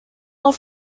auf